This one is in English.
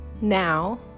now